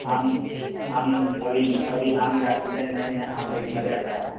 आम आम अभी म अभी आम का सीजन नहीं है आम अभी मजर रहा है